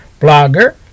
Blogger